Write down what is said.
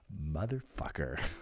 Motherfucker